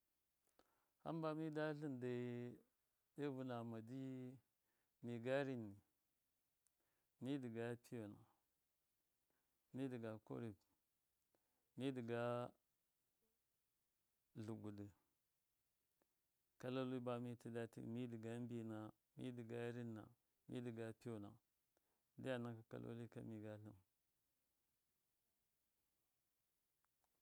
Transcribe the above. Hamba mɨda tlindai ɗo vɨnama ji miga rinna mi dɨga pyona mi dɨga kore mi diga tlɨgudɨ kaloli ba mida ti mi dɨga mbɨna mi dɨga pyona ndyam naka kaloli ka mi galtɨm.